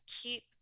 keep